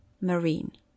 marine